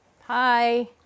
hi